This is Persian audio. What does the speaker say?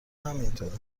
همینطوره